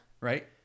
right